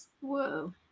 Whoa